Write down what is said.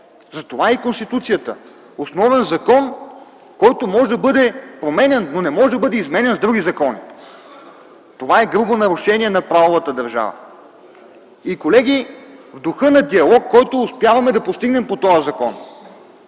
Затова е и Конституцията – основен закон, който може да бъде променян, но не може да бъде изменян с други закони. Това е грубо нарушение на правовата държава. Колеги, в духа на диалог, който успяваме да постигнем по този закон,